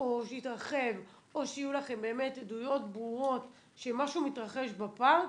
או שהיא תתרחב או שיהיו לכם באמת עדויות ברורות שמשהו מתרחש בפארק,